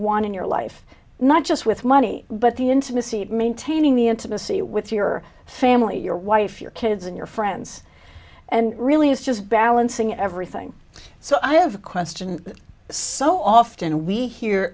want in your life not just with money but the intimacy of maintaining the intimacy with your family your wife your kids and your friends and really is just balancing everything so i have a question so often we hear